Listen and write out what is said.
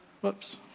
whoops